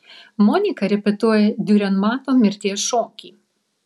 monika repetuoja diurenmato mirties šokį